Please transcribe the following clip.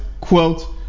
quote